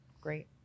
great